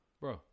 Bro